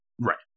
Right